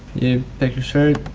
you pick your shirt,